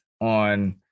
on